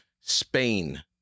Spain